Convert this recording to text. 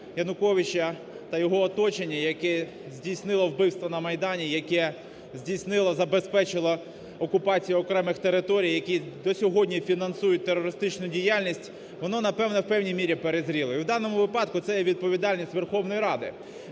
Януковича та його оточення, яке здійснило вбивство на Майдані, яке здійснило, забезпечило окупацію окремих територій, які до сьогодні фінансують терористичну діяльність, воно, напевно, в певній мірі перезріло і, в даному випадку, це є відповідальність Верховної Ради.